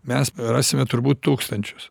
mes rasime turbūt tūkstančius